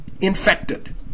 infected